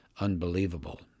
unbelievable